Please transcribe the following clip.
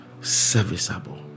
serviceable